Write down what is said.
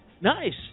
Nice